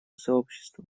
сообществом